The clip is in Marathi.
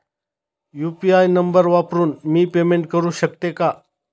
यु.पी.आय नंबर वापरून मी पेमेंट करू शकते का?